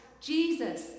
Jesus